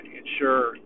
ensure